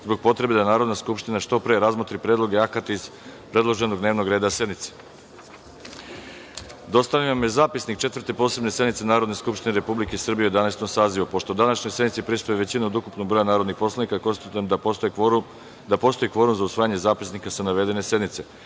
zbog potrebe da Narodna skupština što pre razmotri predloge akata iz predloženog dnevnog reda sednice. Dostavljen vam je Zapisnik Četvrte posebne sednice Narodne skupštine Republike Srbije u Jedanaestom sazivu. Pošto današnjoj sednici prisustvuje većina od ukupnog broja narodnih poslanika, konstatujem da postoji kvorum za usvajanje zapisnika sa navedene sednice. Takođe,